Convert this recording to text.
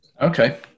Okay